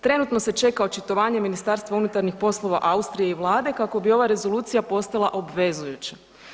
Trenutno se čeka očitovanje ministarstva unutarnjih poslova Austrije i vlade kako bi ova Rezolucija postala obvezujuća.